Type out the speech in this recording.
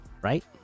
right